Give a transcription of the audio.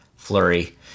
flurry